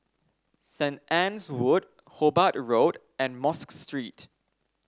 Saint Anne's Wood Hobart Road and Mosque Street